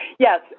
Yes